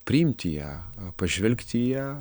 priimti ją pažvelgt į ją